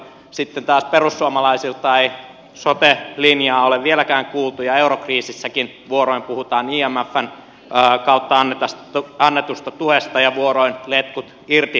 sitten taas perussuomalaisilta ei sote linjaa ole vieläkään kuultu ja eurokriisissäkin vuoroin puhutaan imfn kautta annetusta tuesta ja vuoroin letkut irti politiikasta